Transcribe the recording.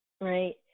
right